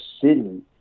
city